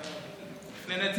לפני נצח.